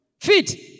feet